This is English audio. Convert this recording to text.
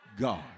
God